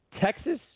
Texas